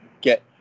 get